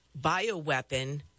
bioweapon